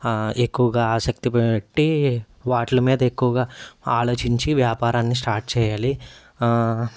ఎక్కువగా ఆసక్తి పట్టి వాటిల మీద ఎక్కువగా ఆలోచించి వ్యాపారాన్ని స్టార్ట్ చేయాలి